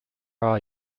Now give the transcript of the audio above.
are